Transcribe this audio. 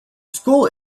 school